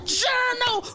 journal